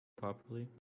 properly